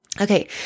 Okay